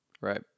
Right